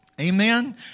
Amen